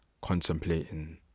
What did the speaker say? contemplating